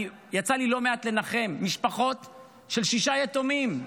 יצא לי לא מעט לנחם משפחות של שישה יתומים,